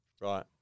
Right